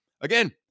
again